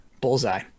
bullseye